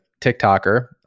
TikToker